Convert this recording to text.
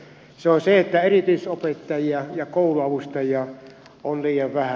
se on se että erityisopettajia ja kouluavustajia on liian vähän